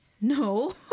No